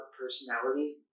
personality